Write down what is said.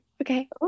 Okay